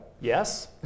Yes